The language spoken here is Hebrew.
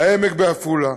"העמק" בעפולה,